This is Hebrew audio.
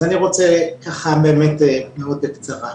אז אני רוצה, באמת מאוד בקצרה,